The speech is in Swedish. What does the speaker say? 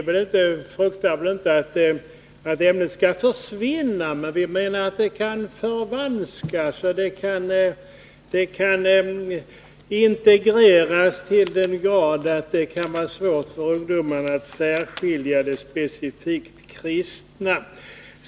Vi fruktar inte att kristendomsämnet skall försvinna, men vi menar att det kan förvanskas och integreras till den grad att det blir svårt för ungdomarna att särskilja det specifikt kristna.